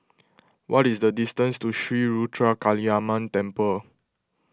what is the distance to Sri Ruthra Kaliamman Temple